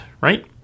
right